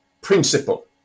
principle